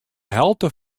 helte